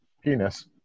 penis